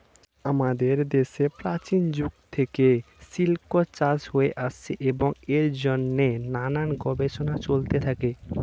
আমাদের দেশে প্রাচীন যুগ থেকে সিল্ক চাষ হয়ে আসছে এবং এর জন্যে নানান গবেষণা চলতে থাকে